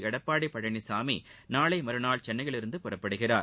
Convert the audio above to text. எடப்பாடி பழனிசாமி நாளை மறுநாள் சென்னையில் இருந்து புறப்படுகிறார்